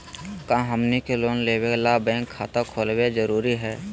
का हमनी के लोन लेबे ला बैंक खाता खोलबे जरुरी हई?